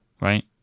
right